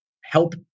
help